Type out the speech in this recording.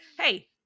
hey